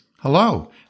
Hello